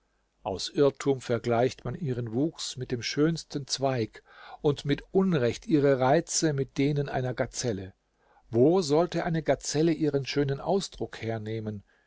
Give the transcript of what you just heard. aus irrtum vergleicht man ihren wuchs mit dem schönsten zweig und mit unrecht ihre reize mit denen einer gazelle wo sollte eine gazelle ihren schönen ausdruck hernehmen